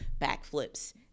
backflips